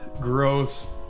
gross